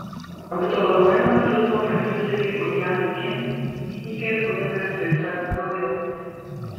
apdovanojimą filmo prodiuserei uljanai kim įteikė kunigas viktoras daujotas